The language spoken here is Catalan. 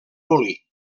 polir